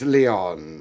Leon